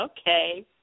Okay